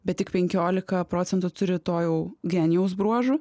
bet tik penkiolika procentų turi to jau genijaus bruožų